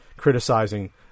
criticizing